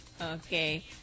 Okay